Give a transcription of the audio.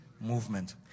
movement